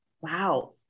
wow